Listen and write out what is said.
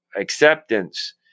acceptance